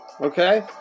okay